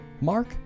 Mark